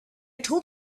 told